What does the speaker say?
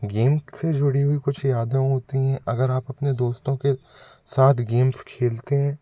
game से जुड़ी हुई कुछ यादें होती हैं अगर आप अपने दोस्तों के साथ गेम्ज़ खेलते हैं